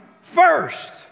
first